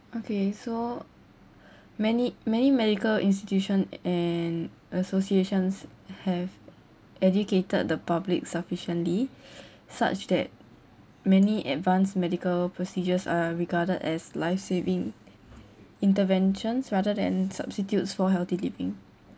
okay so many many medical institution and associations have educated the public sufficiently such that many advanced medical procedures are regarded as life-saving interventions rather than substitutes for healthy living